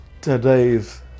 today's